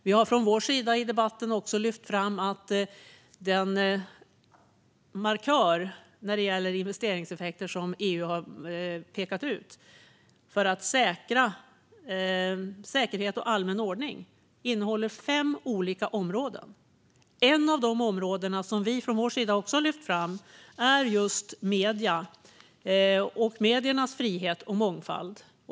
Vi har från vår sida i debatten lyft fram att den markör när det gäller investeringseffekter som EU har pekat ut för att säkra säkerhet och allmän ordning innehåller fem olika områden. Ett av de områden som vi har lyft fram är medierna och deras frihet och mångfald.